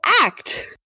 act